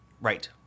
Right